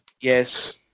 yes